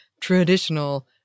traditional